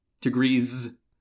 Degrees